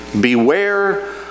beware